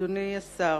אדוני השר,